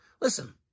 Listen